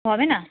হবে না